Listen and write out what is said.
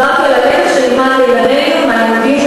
דיברתי על הלקח שנלמד לילדינו בלימודים,